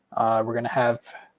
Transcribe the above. we're gonna have,